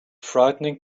frightening